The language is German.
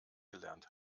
gelernt